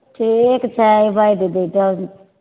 ठीक छै अयबै दीदी तब